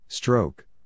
Stroke